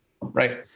Right